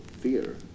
fear